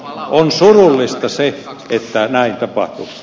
on surullista se että näin tapahtuu